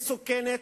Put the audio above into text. מסוכנת,